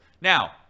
Now